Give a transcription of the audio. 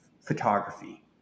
photography